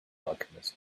alchemist